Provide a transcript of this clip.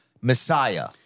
Messiah